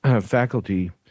faculty